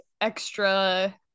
extra